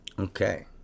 Okay